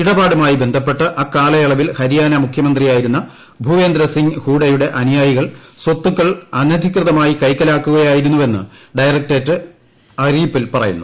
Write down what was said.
ഇടപാടുമായി ബന്ധപ്പെട്ട് അക്കാലയളവിൽ ഹരിയാന മുഖ്യമന്ത്രിയായിരുന്ന ഭൂവേന്ദ്രസിങ്ങ് ഹൂഡയുടെ അനുയായികൾ സ്വത്തുക്കൾ അനധികൃതമായി കൈക്കലാക്കുകയായിരുന്നുവെന്ന് ഡയറക്ടറേറ്റ് അറിയിപ്പിൽ പറയുന്നു